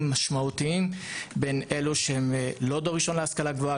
משמעותיים בין אלו שהם לא דור ראשון להשכלה גבוהה,